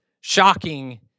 shocking